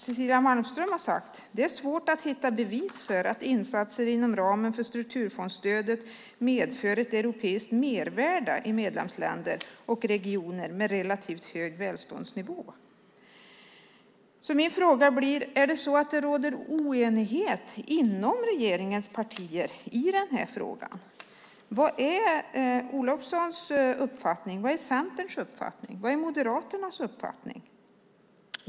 Cecilia Malmström har sagt: Det är svårt att hitta bevis för att insatser inom ramen för strukturfondsstödet medför ett europeiskt mervärde i medlemsländer och regioner med relativt hög välståndsnivå. Jag vill därför fråga: Är det så att det råder oenighet inom regeringens partier i frågan. Vad är Olofssons uppfattning? Vad är Centerns uppfattning? Och vad är Moderaternas uppfattning?